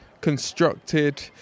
constructed